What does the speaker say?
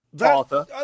Arthur